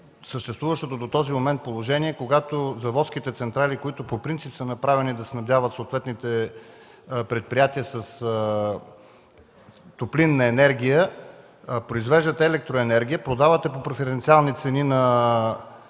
съществуващото до този момент положение, когато заводските централи, които по принцип са направени да снабдяват съответните предприятия с топлинна енергия, произвеждат електроенергия, продават я по преференциални цени на